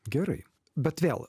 gerai bet vėl